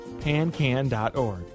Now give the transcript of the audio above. Pancan.org